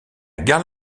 gare